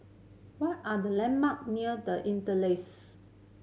what are the landmark near The Interlace